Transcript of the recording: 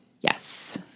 Yes